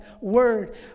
word